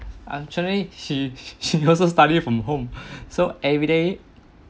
actually she she also study from home so every day